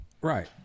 Right